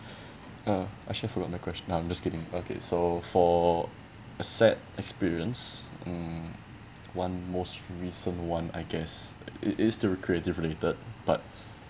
uh actually for on the question no I'm just kidding okay so for a sad experience um one most recent one I guess it is to recreative related but